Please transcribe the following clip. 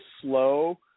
slow